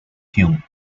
hyun